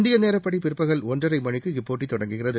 இந்திய நேரப்படி பிற்பகல் ஒன்றரை மணிக்கு இப்போட்டி தொடங்குகிறது